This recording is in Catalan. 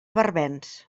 barbens